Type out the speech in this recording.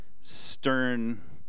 stern